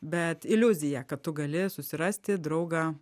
bet iliuzija kad tu gali susirasti draugą